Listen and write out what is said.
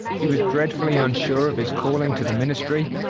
he was dreadfully unsure of his calling to the ministry,